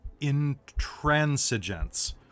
intransigence